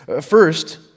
First